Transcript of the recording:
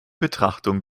betrachtung